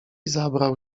zabrał